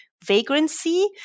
vagrancy